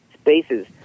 spaces